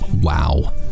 Wow